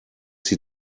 sie